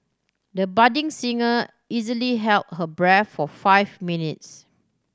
the budding singer easily held her breath for five minutes